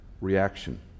reaction